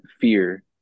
fear